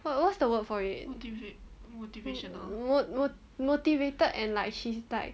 what what's the word for it mo~ mo~ motivated and like she's like